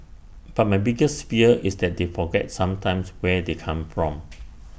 but my bigger fear is that they forget sometimes where they come from